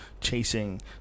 chasing